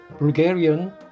Bulgarian